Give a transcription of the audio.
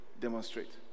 demonstrate